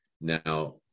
Now